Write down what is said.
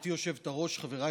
במליאה,